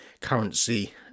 currency